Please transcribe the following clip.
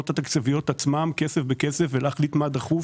התקציביות עצמן כסף בכסף ולהחליט מה דחוף,